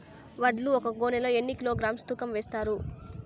వడ్లు ఒక గోనె లో ఎన్ని కిలోగ్రామ్స్ తూకం వేస్తారు?